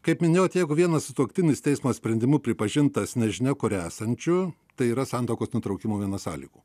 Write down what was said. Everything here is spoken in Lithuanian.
kaip minėjote jeigu vienas sutuoktinis teismo sprendimu pripažintas nežinia kur esančiu tai yra santuokos nutraukimo viena sąlygų